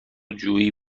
جویی